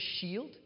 shield